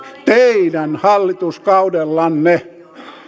teidän hallituskaudellanne